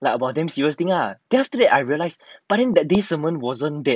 like about damn serious thing ah then after that I realised but then that day simon wasn't that